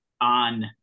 on